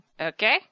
okay